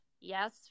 yes